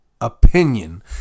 opinion